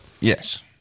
Yes